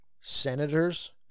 senators